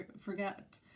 forget